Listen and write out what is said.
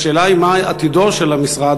השאלה היא מה עתידו של המשרד,